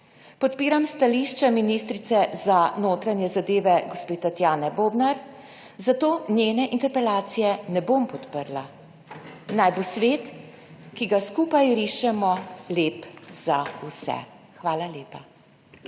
podpiram stališče ministrice za notranje zadeve, gospe Tatjane Bobnar, zato njene interpelacije ne bom podprla. Naj bo svet, ki ga skupaj rišemo, lep za vse. Hvala lepa.